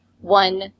one